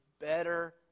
better